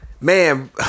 Man